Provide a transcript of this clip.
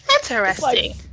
Interesting